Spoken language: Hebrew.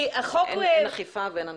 אין אכיפה ואין ענישה.